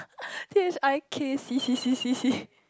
T_H_I_K_C C C C C